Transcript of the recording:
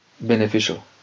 beneficial